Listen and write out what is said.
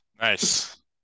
Nice